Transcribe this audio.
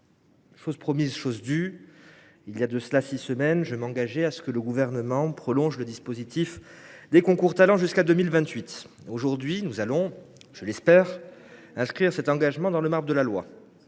chose promise, chose due ! Voilà six semaines, je m’engageais à ce que le Gouvernement prolonge le dispositif des concours Talents jusqu’en 2028. Aujourd’hui, nous allons, je l’espère, graver cet engagement dans le marbre de la loi.